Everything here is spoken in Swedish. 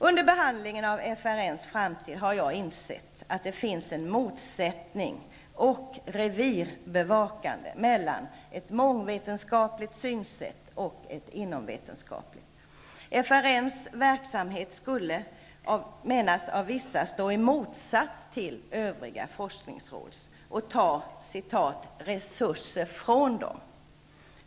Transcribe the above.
Under utskottsbehandlingen av FRN:s framtid har jag insett att det finns en motsättning och ett revirbevakande mellan ett mångvetenskapligt och ett inomvetenskapligt synsätt. FRN:s verksamhet skulle, menas av vissa, stå i motsats till övriga forskningsråds verksamhet och ta ''resurser från dem''.